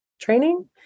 training